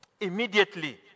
Immediately